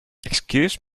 excuse